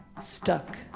stuck